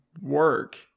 work